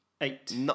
Eight